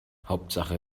hauptsache